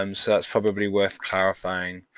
um so that's probably worth clarifying